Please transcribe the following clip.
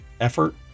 effort